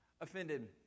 offended